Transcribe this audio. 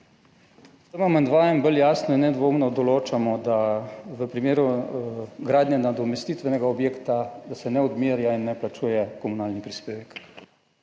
S tem amandmajem bolj jasno in nedvoumno določamo, da se v primeru gradnje nadomestitvenega objekta ne odmerja in ne plačuje komunalnega prispevka.